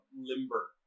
limber